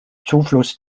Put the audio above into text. zufluss